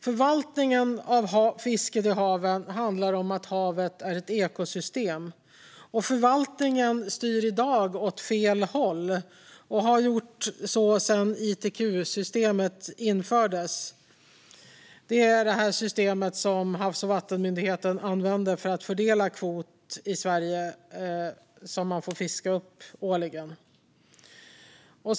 Förvaltningen av fisket i haven handlar om att havet är ett ekosystem. Förvaltningen styr i dag åt fel håll och har gjort så sedan ITQ-systemet infördes. Det är det system som Havs och vattenmyndigheten använder för att fördela den kvot som man årligen får fiska upp i Sverige.